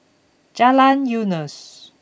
Jalan Eunos